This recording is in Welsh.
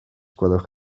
gwelwch